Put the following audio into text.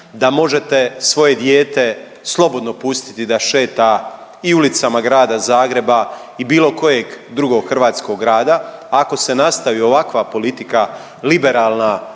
da možete svoje dijete slobodno pustiti da šeta i ulicama grada Zagreba i bilo kojeg drugog hrvatskog grada. Ako se nastavi ovakva politika liberalna